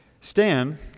Stan